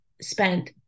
spent